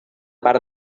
part